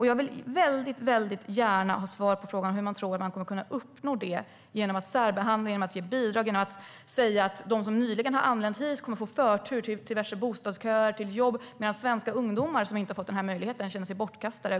Jag vill väldigt gärna ha svar på frågan hur man tror att man kommer att kunna uppnå det genom att särbehandla, ge bidrag och säga att de som nyligen har anlänt hit kommer att få förtur till diverse bostadsköer och till jobb, medan svenska ungdomar, som inte har fått den möjligheten, känner sig bortglömda.